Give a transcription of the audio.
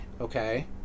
Okay